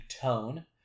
tone